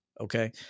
Okay